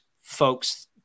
folks